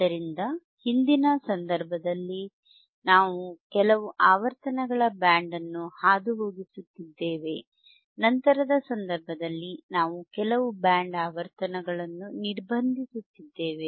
ಆದ್ದರಿಂದ ಹಿಂದಿನ ಸಂದರ್ಭದಲ್ಲಿ ನಾವು ಕೆಲವು ಆವರ್ತನಗಳ ಬ್ಯಾಂಡ್ ಅನ್ನು ಹಾದುಹೋಗಿಸುತ್ತಿದ್ದೇವೆ ನಂತರದ ಸಂದರ್ಭದಲ್ಲಿ ನಾವು ಕೆಲವು ಬ್ಯಾಂಡ್ ಆವರ್ತನಗಳನ್ನು ನಿರ್ಬಂಧಿಸುತ್ತಿದ್ದೇವೆ